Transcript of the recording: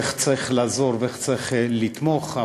איך צריך לעזור ואיך צריך לתמוך.